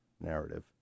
narrative